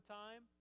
time